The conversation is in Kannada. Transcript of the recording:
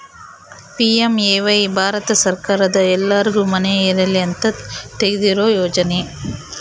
ಪಿ.ಎಮ್.ಎ.ವೈ ಭಾರತ ಸರ್ಕಾರದ ಎಲ್ಲರ್ಗು ಮನೆ ಇರಲಿ ಅಂತ ತೆಗ್ದಿರೊ ಯೋಜನೆ